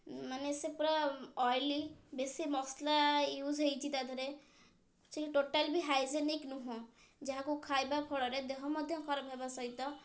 ମାନେ ସେ ପୁରା ଅଏଲି ବେଶୀ ମସଲା ୟୁଜ୍ ହେଇଛି ତା'ଦେହରେ ସେ ଟୋଟାଲ୍ ବି ହାଇଜେନିକ୍ ନୁହଁ ଯାହାକୁ ଖାଇବା ଫଳରେ ଦେହ ମଧ୍ୟ ଖରାପ ହେବା ସହିତ